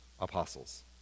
apostles